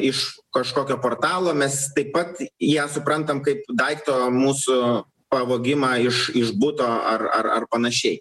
iš kažkokio portalo mes taip pat ją suprantam kaip daikto mūsų pavogimą iš iš buto ar ar ar panašiai